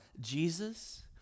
Jesus